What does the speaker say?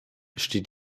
steht